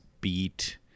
beat